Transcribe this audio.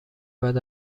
بعد